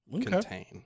contain